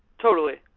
totally.